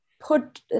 put